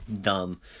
Dumb